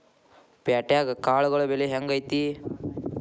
ಪ್ಯಾಟ್ಯಾಗ್ ಕಾಳುಗಳ ಬೆಲೆ ಹೆಂಗ್ ಐತಿ?